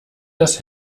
das